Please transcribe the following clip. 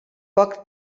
poc